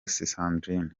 sandrine